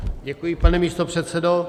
Děkuji, pane místopředsedo.